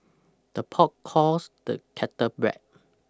the pot calls the kettle black